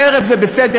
הערב זה בסדר,